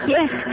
Yes